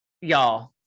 Y'all